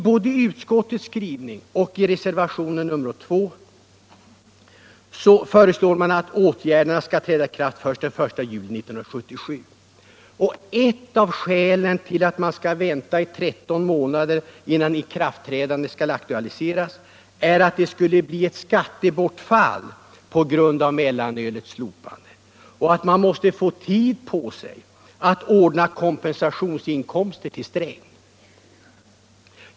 Både i utskottets skrivning och i reservationen 2 föreslås att åtgärderna skall träda i kraft först den 1 juli 1977. Ett av skälen till att man skall vänta i 13 månader innan ikraftträdandet skall aktualiseras är att det skulle bli ett skattebortfall på grund av mellanölets slopande och att man måste få tid på sig att ordna kompensationsinkomster till herr Sträng.